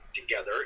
together